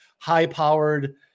high-powered